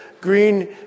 green